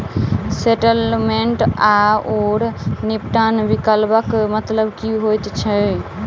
Settlement आओर निपटान विकल्पक मतलब की होइत छैक?